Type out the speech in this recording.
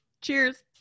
cheers